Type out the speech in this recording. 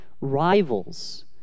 rivals